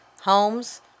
homes